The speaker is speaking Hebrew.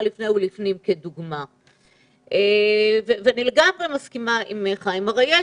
לפני ולפנים ואני לגמרי מסכימה עם חיים ביבס.